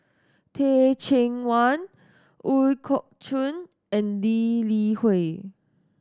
Teh Cheang Wan Ooi Kok Chuen and Lee Li Hui